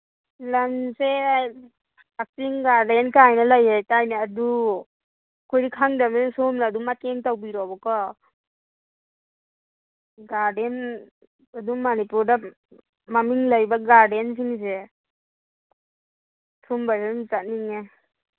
ꯂꯝꯁꯦ ꯀꯛꯆꯤꯡ ꯒꯥꯔꯗꯦꯟ ꯀꯥꯏꯅ ꯂꯩꯌꯦ ꯇꯥꯏꯅꯦ ꯑꯗꯨ ꯑꯩꯈꯣꯏꯗꯤ ꯈꯪꯗꯝꯅꯤꯅ ꯁꯣꯝꯅ ꯑꯗꯨꯝ ꯃꯇꯦꯡ ꯇꯧꯕꯤꯔꯣꯕꯀꯣ ꯒꯥꯔꯗꯦꯟ ꯑꯗꯨꯝ ꯃꯅꯤꯄꯨꯔꯗ ꯃꯃꯤꯡ ꯂꯩꯕ ꯒꯥꯔꯗꯦꯟꯁꯤꯡꯁꯦ ꯁꯨꯝꯕꯗ ꯑꯗꯨꯝ ꯆꯠꯅꯤꯡꯉꯦ